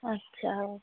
ଆଚ୍ଛା ହଉ